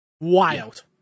Wild